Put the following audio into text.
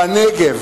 בנגב